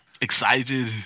Excited